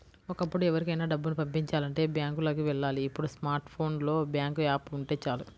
ఒకప్పుడు ఎవరికైనా డబ్బుని పంపిచాలంటే బ్యాంకులకి వెళ్ళాలి ఇప్పుడు స్మార్ట్ ఫోన్ లో బ్యాంకు యాప్ ఉంటే చాలు